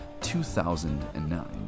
2009